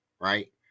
right